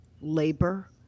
labor